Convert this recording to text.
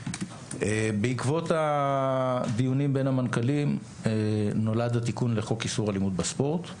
בעקבות הדיונים בין המנכ"לים נולד התיקון לחוק איסור אלימות בספורט,